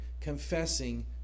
confessing